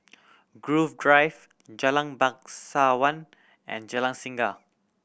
Grove Drive Jalan Bangsawan and Jalan Singa